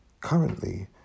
currently